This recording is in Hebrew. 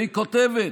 היא כותבת: